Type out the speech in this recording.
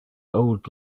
old